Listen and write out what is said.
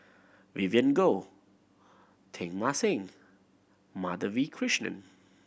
Vivien Goh Teng Mah Seng Madhavi Krishnan